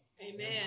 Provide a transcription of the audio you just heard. Amen